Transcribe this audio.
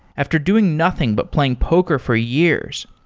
after doing nothing but playing poker for years,